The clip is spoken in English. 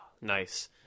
Nice